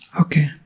Okay